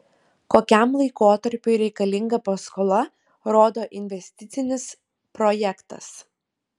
kokiam laikotarpiui reikalinga paskola rodo investicinis projektas